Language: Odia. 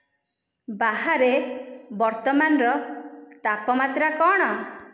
ବାହାରେ ବର୍ତ୍ତମାନର ତାପମାତ୍ରା କ'ଣ